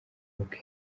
bwe